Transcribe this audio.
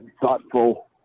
thoughtful